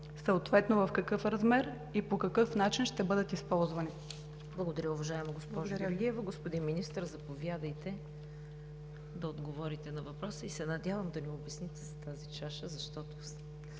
къщата, в какъв размер и по какъв начин ще бъдат използвани?